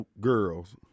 girls